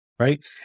Right